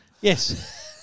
yes